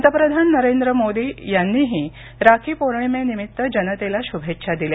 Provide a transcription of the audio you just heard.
पंतप्रधान नरेंद्र मोदी यांनीही राखीपौर्णिमेनिमित्त जनतेला शुभेच्छा दिल्या